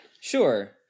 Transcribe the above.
Sure